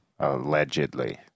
Allegedly